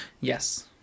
Yes